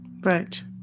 Right